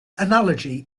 analogy